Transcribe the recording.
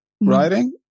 writing